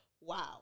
wow